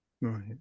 Right